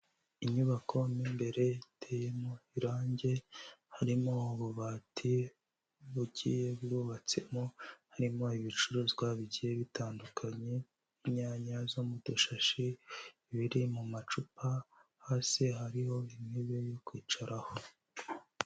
Inyubako mo imbere iteyemo irangi, harimo ububati bugiye bwubatsemo, harimo ibicuruzwa bigiye bitandukanye, n'inyanya zo mu dushashi, ibiri mu macupa, hasi hariho intebe yo kwicaraho.